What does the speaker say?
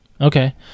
Okay